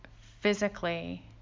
physically